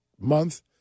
month